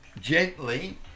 gently